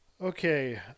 okay